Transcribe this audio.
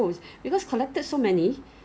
hand sanitizer 你用久了手不会干 meh